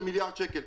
של מיליארד שקל.